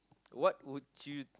what would you